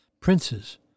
princes